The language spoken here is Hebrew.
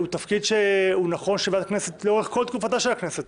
הוא תפקיד שנכון לוועדת הכנסת לאורך כל תקופתה של הכנסת,